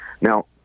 Now